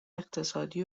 اقتصادی